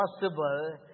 possible